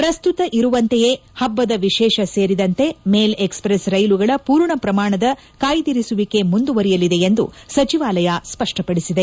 ಪ್ರಸ್ತುತ ಇರುವಂತೆಯೇ ಹಬ್ಬದ ವಿಶೇಷ ಸೇರಿದಂತೆ ಮೇಲ್ ಎಕ್ಸ್ಪ್ರೆಸ್ ರೈಲುಗಳ ಪೂರ್ಣ ಪ್ರಮಾಣದ ಕಾಯ್ದಿರಿಸುವಿಕೆ ಮುಂದುವರಿಯಲಿದೆ ಎಂದು ಸಚಿವಾಲಯ ಸ್ಪ ಷ್ಪ ಪದಿಸಿದೆ